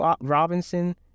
Robinson